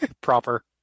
Proper